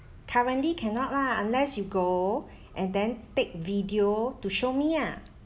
currently cannot lah unless you go and then take video to show me ah